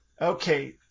Okay